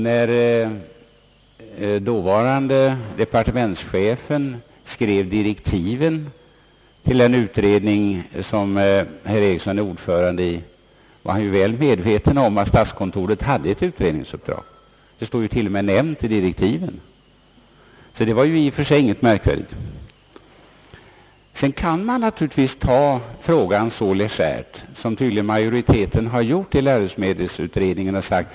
När dåvarande departementschefen skrev direktiven till den utredning som herr Ericsson är ordförande i, var han väl medveten om att statskontoret hade ett utredningsuppdrag. Det står t.o.m. nämnt i direktiven. Detta var alltså i och för sig ingenting märkvärdigt. Sedan kan man naturligtvis ta frågan så legärt som tydligen majoriteten i läromedelsutredningen har gjort.